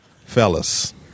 fellas